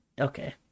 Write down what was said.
okay